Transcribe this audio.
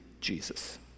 Jesus